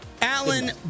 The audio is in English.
Alan